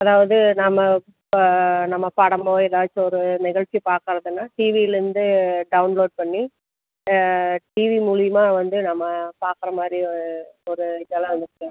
அதாவது நாம் இப்போ நம்ம படமோ ஏதாச்சும் ஒரு நிகழ்ச்சி பார்க்கறதுனா டிவிலேருந்து டவுன்லோட் பண்ணி டிவி மூலயிமா வந்து நம்ம பார்க்கற மாதிரி ஒரு இதெல்லாம் வந்துருக்குது